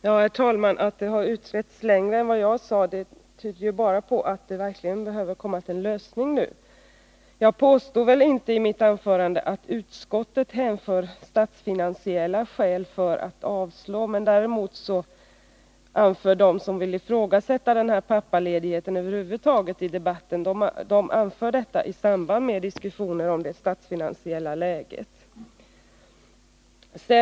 Herr talman! Att frågan har utretts längre än jag sade tyder bara på att det verkligen behöver komma en lösning nu. Jag påstod väl inte i mitt anförande att utskottet anför statsfinansiella skäl för att avstyrka motionerna. Däremot anförs detta av dem som vill ifrågasätta pappaledigheten över huvud taget i samband med diskussioner om det statsfinansiella läget.